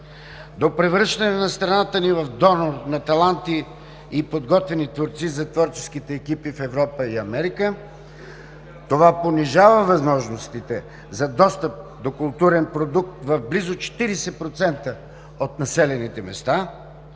до превръщане на страната ни в донор на таланти и подготвени творци за творческите екипи в Европа и Америка. Това понижава възможностите за достъп до културен продукт в близо 40% от населените места.